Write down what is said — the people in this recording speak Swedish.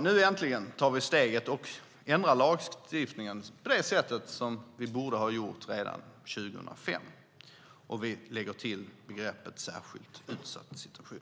Nu äntligen tar vi steget och ändrar lagstiftningen på det sätt som vi borde ha gjort redan 2005 och lägger till begreppet "särskilt utsatt situation".